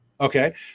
Okay